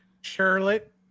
Charlotte